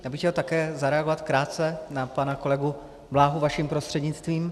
Já bych chtěl také zareagovat krátce na pana kolegu Bláhu vaším prostřednictvím.